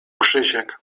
krzysiek